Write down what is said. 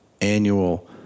annual